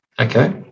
okay